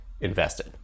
invested